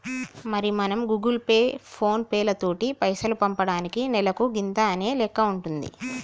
మరి మనం Google Pay phone పేలతోటి పైసలు పంపటానికి నెలకు గింత అనే లెక్క ఉంటుంది